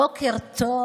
בוקר טוב.